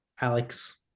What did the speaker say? Alex